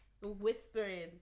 whispering